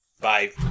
bye